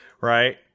right